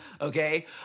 okay